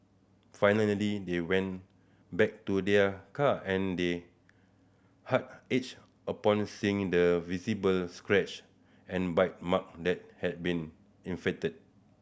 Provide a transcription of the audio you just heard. finally they went back to their car and they heart ached upon seeing the visible scratch and bite mark that had been inflicted